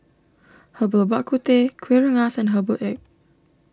Herbal Bak Ku Teh Kuih Rengas and Herbal Egg